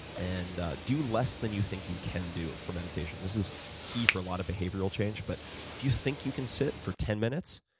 and do less than you think you can do for meditation. this is key for a lot behavioral change. but if you think you can sit for ten minutes,